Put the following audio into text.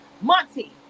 Monty